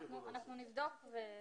אנחנו נבדוק ונחזור.